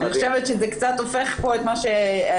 אני חושבת שזה קצת הופך פה את מה שנאמר,